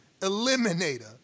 eliminator